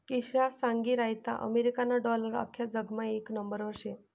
किशा सांगी रहायंता अमेरिकाना डालर आख्खा जगमा येक नंबरवर शे